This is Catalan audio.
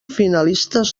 finalistes